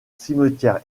cimetière